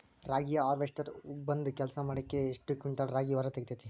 ರಾಗಿಯ ಹಾರ್ವೇಸ್ಟರ್ ಒಂದ್ ಸಲಕ್ಕ ಎಷ್ಟ್ ಕ್ವಿಂಟಾಲ್ ರಾಗಿ ಹೊರ ತೆಗಿತೈತಿ?